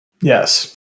yes